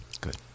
good